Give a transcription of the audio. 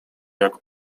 jak